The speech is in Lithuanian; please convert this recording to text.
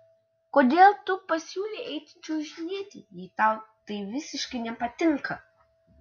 kodėl tu pasiūlei eiti čiuožinėti jei tau tai visiškai nepatinka